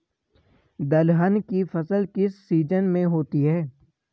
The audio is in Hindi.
दलहन की फसल किस सीजन में होती है?